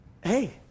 Hey